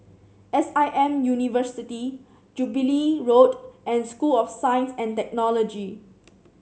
S I M University Jubilee Road and School of Science and Technology